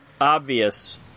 Obvious